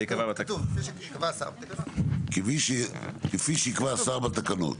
כפי שיקבע השר בתקנות.